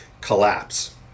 collapse